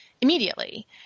immediately